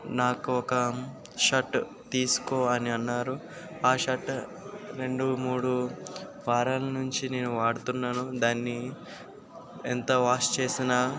నాకు ఒక్క షర్ట్ తీసుకో అని అన్నారు ఆ షర్ట్ రెండు మూడు వారాల నుంచి నేను వాడుతున్నాను దాన్ని ఎంత వాష్ చేసినా